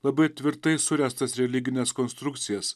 labai tvirtai suręstas religines konstrukcijas